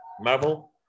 Marvel